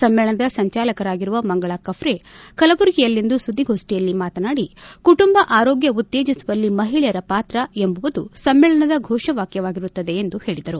ಸಮ್ಮೇಳನದ ಸಂಚಾಲಕರಾಗಿರುವ ಮಂಗಳಾ ಕಪ್ರೆ ಕಲಬುರಗಿಯಲ್ಲಿಂದು ಸುದ್ದಿಗೋಷ್ಠಿಯಲ್ಲಿ ಮಾತನಾಡಿ ಕುಟುಂಬ ಆರೋಗ್ಯ ಉತ್ತೇಜಿಸುವಲ್ಲಿ ಮಹಿಳೆಯರ ಪಾತ್ರ ಎಂಬುವುದು ಸಮ್ಮೇಳನದ ಘೋಷ ವಾಕ್ಯವಾಗಿರುತ್ತದೆ ಎಂದು ಹೇಳಿದರು